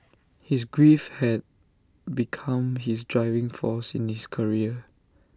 his grief had become his driving force in his career